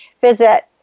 visit